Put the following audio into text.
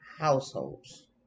households